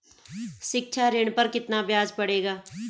शिक्षा ऋण पर कितना ब्याज पड़ेगा?